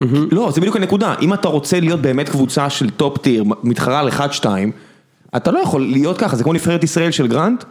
לא, זה בדיוק הנקודה, אם אתה רוצה להיות באמת קבוצה של טופ טיר, מתחרה על אחד, שתיים, אתה לא יכול להיות ככה, זה כמו נבחרת ישראל של גראנט.